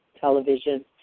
television